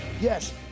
Yes